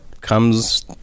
comes